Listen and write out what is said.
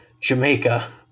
jamaica